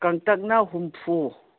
ꯀꯥꯡꯇꯛꯅ ꯍꯨꯝꯐꯨ